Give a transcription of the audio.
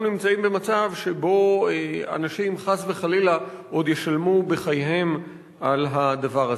אנחנו נמצאים במצב שבו אנשים חס וחלילה עוד ישלמו בחייהם על הדבר הזה.